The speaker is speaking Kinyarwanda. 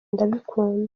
ndabikunda